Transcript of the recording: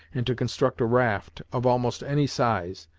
and to construct a raft of almost any size,